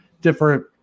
different